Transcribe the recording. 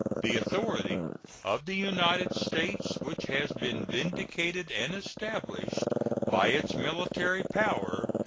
the authority of the united states, which has been vindicated and established by its military power,